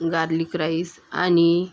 garlic rice आणि